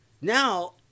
Now